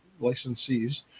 licensees